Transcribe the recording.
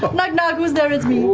but knock knock, who's there, it's me.